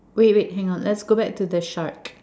wait wait hang on let's go back to the shark